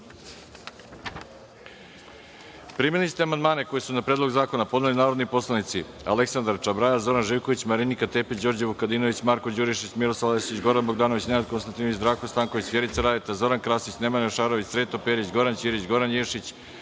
ste amandmane koje su na Predlog zakona podneli narodni poslanici: Aleksandar Čabraja, Zoran Živković, Marinika Tepić, Đorđe Vukadinović, Marko Đurišić, Miroslav Aleksić, Goran Bogdanović, Nenad Konstantinović, Zdravko Stanković, Vjerica Radeta, Zoran Krasić, Nemanja Šarović, Sreto Perić, Goran Ćirić, Goran Ješić,